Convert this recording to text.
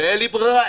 ואין לי ברירה,